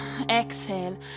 Exhale